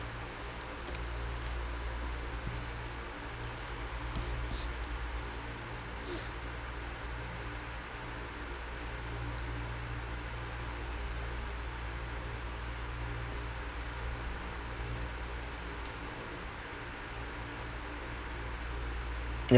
ya